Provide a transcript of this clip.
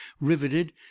riveted